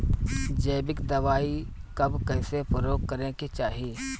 जैविक दवाई कब कैसे प्रयोग करे के चाही?